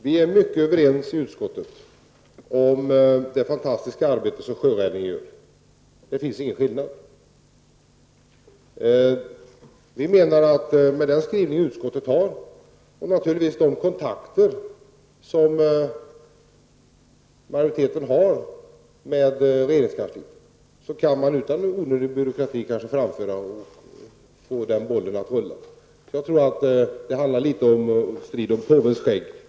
Herr talman! I utskottet är vi mycket överens om det fantastiska arbete som Sjöräddningssällskapet utför. Med utskottets skrivning och naturligtvis med de kontakter som majoriteten har med regeringskansliet kan man kanske utan onödig byråkrati få bollen att rulla. Jag tror att det litet grand kan handla om en strid om påvens skägg.